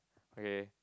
okay